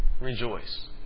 rejoice